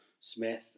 Smith